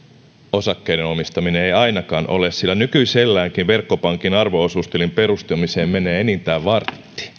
osakkeiden omistaminen ei ainakaan ole sillä nykyiselläänkin verkkopankin arvo osuustilin perustamiseen menee enintään vartti